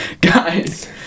guys